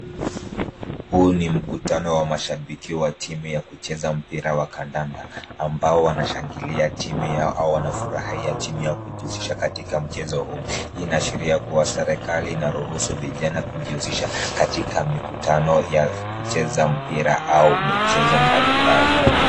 Huu ni mkutano wa mashabiki wa timu ya kucheza mpira wa kandanda, ambao wanashangilia timu yao wanafurahia timu yao kujihusisha katika mchezo huu. Hii inaashiria kuwa serikali inaruhusu vijana kujihusisha katika mikutano ya kucheza mpira au michezo mbalimbali.